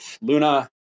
Luna